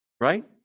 right